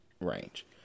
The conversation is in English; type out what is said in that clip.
range